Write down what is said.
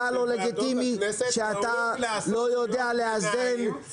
בוועדות הכנסת נהוג לעשות קריאות ביניים,